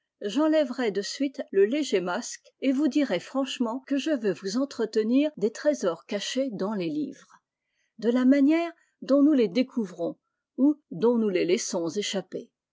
j'enlèverai de suite le léger masque et vous dirai franchement que je veux vous entretenir des trésors cachés dans les livres de la manière dont nous les découvrons ou dont nous les laissons échapper